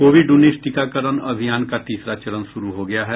Covid उन्नीस टीकाकरण अभियान का तीसरा चरण शुरू हो गया है